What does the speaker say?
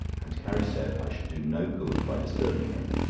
and carrie said i should do no good by disturbing him.